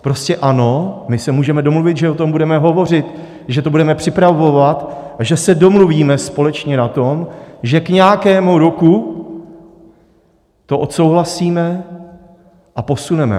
Prostě ano, my se můžeme domluvit, že o tom budeme hovořit, že to budeme připravovat a že se domluvíme společně na tom, že k nějakému roku to odsouhlasíme a posuneme.